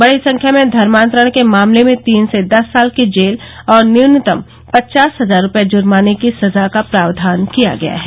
बड़ी संख्या में धर्मातरण के मामले में र्तीन से दस साल की जेल और न्यूनतम पचास हजार रूपये जुर्माने की सजा का प्रावधान किया गया है